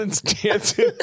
dancing